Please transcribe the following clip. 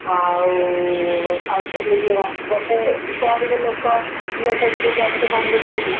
ଆଉ ଆଉ ସେମିତି କଣ ଗୋଟେ ଗରିବ ଲୋକ ହେଲେ ତା ଝିଅକୁ ଆଉ ସିଏ କଣ ଦେଉନି କି